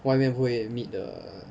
外面会 meet 的